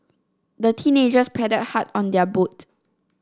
the teenagers paddled hard on their boat